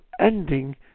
ending